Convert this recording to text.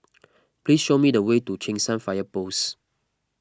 please show me the way to Cheng San Fire Post